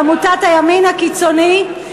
בעמותת הימין הקיצוני,